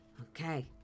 Okay